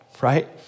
right